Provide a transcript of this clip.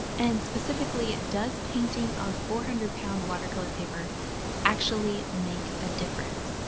and specifically does painting on four hundred lb watercolor paper actually make a difference?